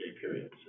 periods